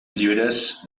llibres